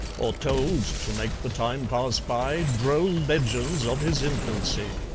or told, to make the time pass by, droll legends of his infancy.